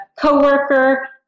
coworker